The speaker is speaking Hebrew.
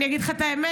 אני אגיד לך את האמת,